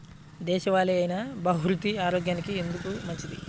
దేశవాలి అయినా బహ్రూతి ఆరోగ్యానికి ఎందుకు మంచిది?